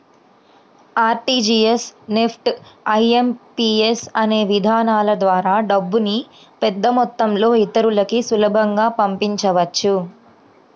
RTGS, NEFT, IMPS అనే విధానాల ద్వారా డబ్బుని పెద్దమొత్తంలో ఇతరులకి సులభంగా పంపించవచ్చు